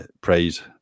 praise